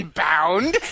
bound